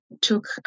took